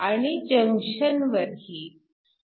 आणि जंक्शनवरही